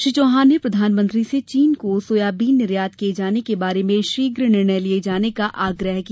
श्री चौहान ने प्रधानमंत्री से चीन को सोयाबीन निर्यात किये जाने के बारे में शीघ्र निर्णय लिये जाने का आग्रह किया